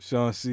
Sean